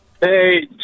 Hey